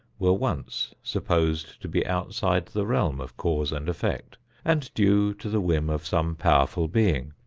were once supposed to be outside the realm of cause and effect and due to the whim of some powerful being.